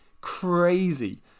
crazy